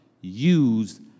use